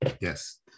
Yes